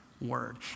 Word